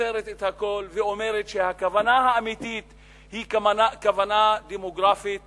מוסרת את הכול ואומרת שהכוונה האמיתית היא כוונה דמוגרפית